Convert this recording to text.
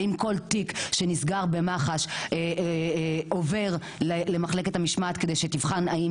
האם כל תיק שנסגר במח"ש עובר למחלקת המשמעת כדי שתבחן האם